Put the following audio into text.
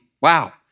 Wow